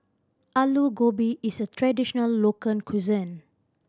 Alu Gobi is a traditional local cuisine